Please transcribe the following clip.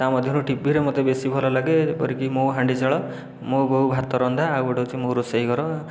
ତା'ମଧ୍ୟରୁ ଟିଭିରେ ମୋତେ ବେଶି ଭଲ ଲାଗେ ଯେପରିକି ମୋ ହାଣ୍ଡିଶାଳ ମୋ ବୋଉ ଭାତ ରନ୍ଧା ଆଉ ଗୋଟିଏ ହେଉଛି ମୋ ରୋଷେଇ ଘର